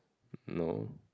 no